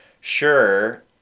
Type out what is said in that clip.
sure